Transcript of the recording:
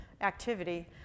activity